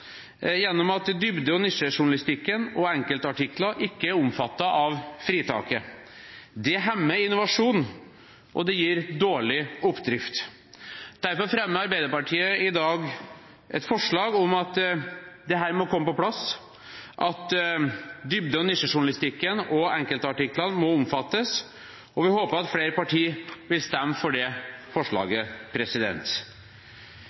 gjennom at dybde- og nisjejournalistikken og enkeltartikler ikke er omfattet av fritaket. Det hemmer innovasjon, og det gir dårlig oppdrift. Derfor fremmer Arbeiderpartiet i dag et forslag om at dette må komme på plass, at dybde- og nisjejournalistikken og enkeltartiklene må omfattes, og vi håper at flere partier vil stemme for det